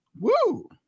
Woo